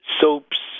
soaps